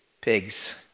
Pigs